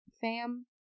fam